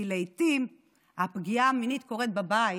כי לעיתים הפגיעה המינית קורית בבית,